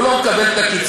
הוא לא מקבל את הקצבה,